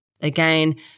Again